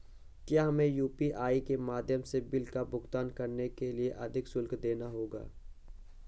क्या हमें यू.पी.आई के माध्यम से बिल का भुगतान करने के लिए अधिक शुल्क देना होगा?